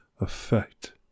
effect